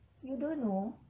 you don't know